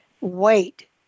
Wait